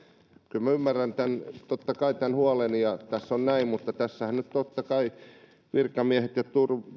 kyllä minä ymmärrän totta kai tämän huolen ja tässä on näin mutta tässähän nyt totta kai virkamiehet ja